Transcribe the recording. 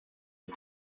you